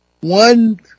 one